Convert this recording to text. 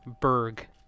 Berg